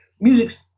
music